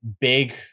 big